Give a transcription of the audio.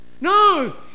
no